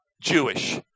Jewish